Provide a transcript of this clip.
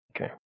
okay